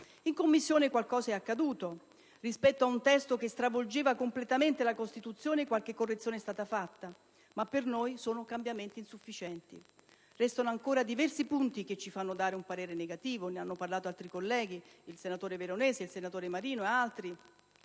In Commissione qualcosa à accaduto. Rispetto a un testo che stravolgeva completamente la Costituzione, qualche correzione è stata fatta, ma per noi sono cambiamenti insufficienti. Restano ancora diversi punti che ci fanno dare un parere negativo e dei quali hanno parlato altri colleghi, tra cui i senatori Veronesi e Marino. Voglio